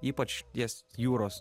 ypač ties jūros